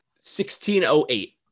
1608